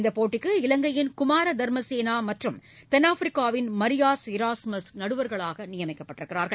இந்த போட்டிக்கு இவங்கையின் குமார தர்மசேனா மற்றும் தென்னாப்பிரிக்காவின் மரியாஸ் இராஸ்மஸ் நடுவர்களாக நியமிக்கப்பட்டுள்ளனர்